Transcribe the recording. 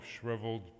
shriveled